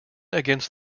against